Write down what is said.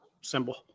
symbol